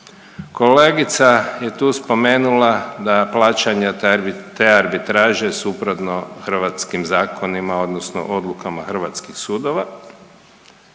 Kolegica je tu spomenula da plaćanja te arbitraže suprotno hrvatskim zakonima odnosno odlukama hrvatskih sudova.